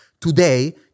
today